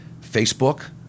Facebook